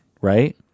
right